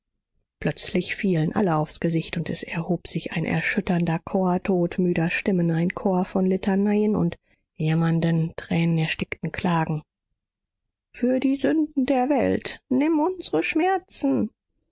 plötzlich fielen alle aufs gesicht und es erhob sich ein erschütternder chor todmüder stimmen ein chor von litaneien und jammernden tränenerstickten klagen für die sünden der welt nimm unsere schmerzen